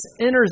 enters